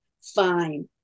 fine